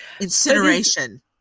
incineration